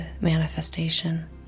manifestation